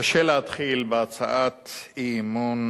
קשה להתחיל בהצעת אי-אמון